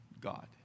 God